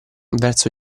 verso